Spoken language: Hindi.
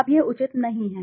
अब यह उचित नहीं है